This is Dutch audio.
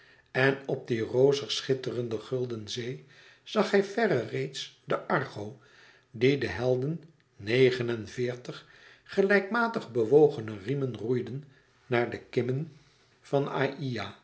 en op die rozig schitterende gulden zee zag hij verre reeds de argo die der helden negen en veertig gelijkmatig bewogene riemen roeiden naar de kimmen van aïa